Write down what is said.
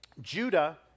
Judah